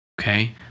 Okay